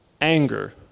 anger